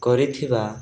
କରିଥିବା